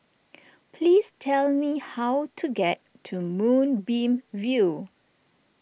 please tell me how to get to Moonbeam View